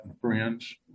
friends